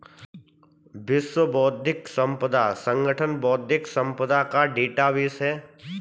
विश्व बौद्धिक संपदा संगठन बौद्धिक संपदा का डेटाबेस है